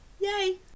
Yay